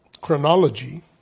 chronology